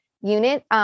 unit